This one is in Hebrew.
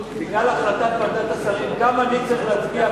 בגלל החלטת ועדת השרים גם אני צריך להצביע,